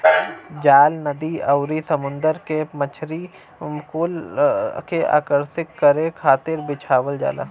जाल नदी आउरी समुंदर में मछरी कुल के आकर्षित करे खातिर बिछावल जाला